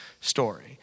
story